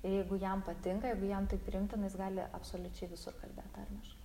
jeigu jam patinka jeigu jam tai priimtina jis gali absoliučiai visur kalbėt tarmiškai